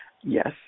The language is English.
Yes